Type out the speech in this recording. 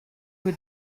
who